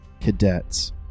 cadets